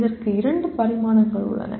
இதற்கு இரண்டு பரிமாணங்கள் உள்ளன